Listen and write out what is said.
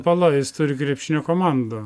pala jis turi krepšinio komandą